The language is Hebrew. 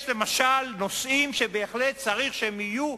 למשל, יש נושאים שבהחלט צריך שהם יהיו